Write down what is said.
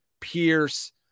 Pierce